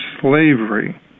slavery